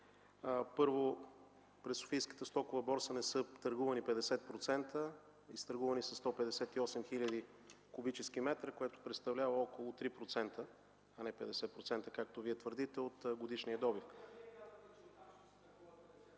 Първо, през Софийската стокова борса не са търгувани 50%, изтъргувани са 158 хил. куб. м, което представлява около 3%, а не 50%, както Вие твърдите, от годишния добив.